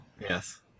Yes